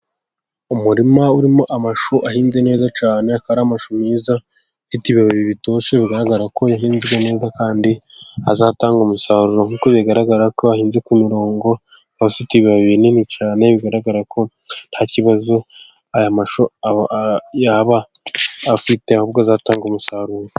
Umurima urimo amashuri ahinze neza cyane ,akaba ari amashu meza afite ibibabi bibiri bitoshye ,bigaragara ko yahinzwe neza kandi azatanga umusaruro, nkuko bigaragara ko ahinze ku mirongo akaba afite ibibabi binini cyane bigaragara ko ntakibazo yaba afite ,ahubwo azatanga umusaruro.